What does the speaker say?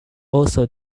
also